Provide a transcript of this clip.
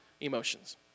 emotions